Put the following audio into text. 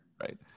Right